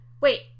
wait